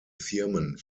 firmen